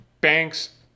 banks